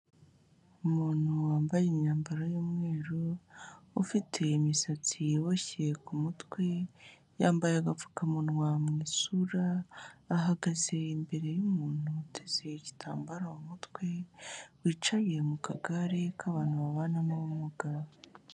Umuntu wambaye imyambaro y'umweru ufite imisatsi yiboshye ku mutwe, yambaye agapfukamunwa mu isura ahagaze imbere y'umuntu uteze igitambaro umutwe wicaye mu kagare k'abantu babana n'ubumuga.